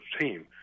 team